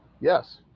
Yes